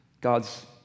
God's